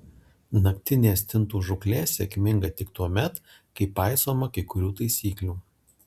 naktinė stintų žūklė sėkminga tik tuomet jei paisoma kai kurių taisyklių